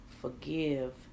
Forgive